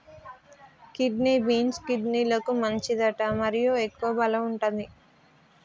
kidney beans, కిడ్నీలకు మంచిదట మరియు ఎక్కువ బలం వుంటది